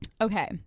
okay